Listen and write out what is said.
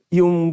yung